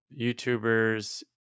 youtubers